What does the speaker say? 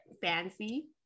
fancy